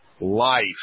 life